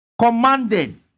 Commanded